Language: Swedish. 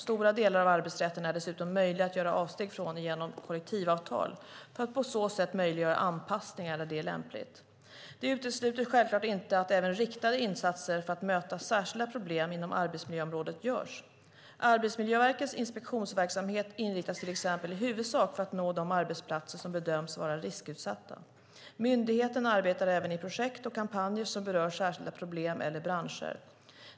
Stora delar av arbetsrätten är dessutom möjlig att göra avsteg ifrån genom kollektivavtal, för att på så sätt möjliggöra anpassningar där det är lämpligt. Det utesluter självklart inte att även riktade insatser för att möta särskilda problem inom arbetsmiljöområdet görs. Arbetsmiljöverkets inspektionsverksamhet inriktas till exempel i huvudsak på att nå de arbetsplatser som bedöms vara riskutsatta. Myndigheten arbetar även i projekt och kampanjer som berör särskilda problem eller branscher.